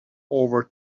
over